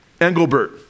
Engelbert